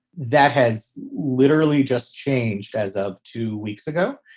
that has literally just changed as of two weeks ago.